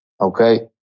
okay